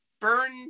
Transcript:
burn